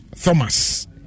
Thomas